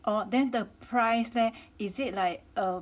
oh then the price leh is it like